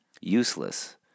useless